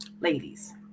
ladies